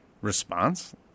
response